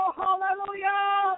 hallelujah